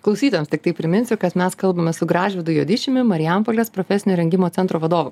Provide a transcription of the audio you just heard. klausytojams tiktai priminsiu kad mes kalbamės su gražvydu juodišiumi marijampolės profesinio rengimo centro vadovu